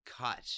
cut